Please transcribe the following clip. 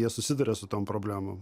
jie susiduria su tom problemom